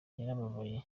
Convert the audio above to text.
yarababaye